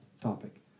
topic